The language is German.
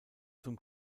zum